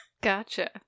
Gotcha